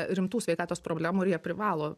rimtų sveikatos problemų ir jie privalo